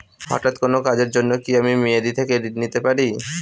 হঠাৎ কোন কাজের জন্য কি আমি মেয়াদী থেকে ঋণ নিতে পারি?